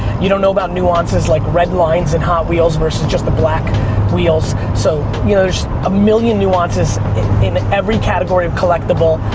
you don't know about nuances like red lines in hot wheels versus just the black wheels, so yeah there's a million nuances in in every category of collectible,